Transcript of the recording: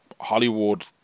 hollywood